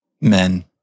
Men